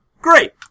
Great